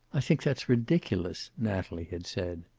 i think that's ridiculous, natalie had said.